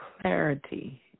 clarity